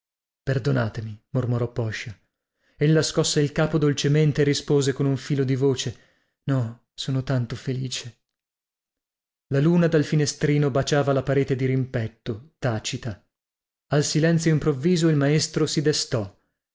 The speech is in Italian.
perdonatemi mormorò poscia ella scosse il capo dolcemente e rispose con un filo di voce no sono tanto felice la luna dal finestrino baciava la parete dirimpetto tacita al silenzio improvviso il maestro si destò